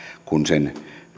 kun sen